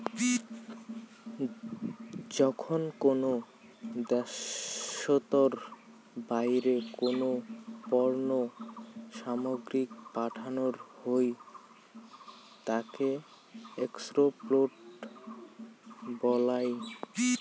যখন কোনো দ্যাশোতর বাইরে কোনো পণ্য সামগ্রীকে পাঠানো হই তাকে এক্সপোর্ট বলাঙ